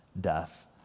death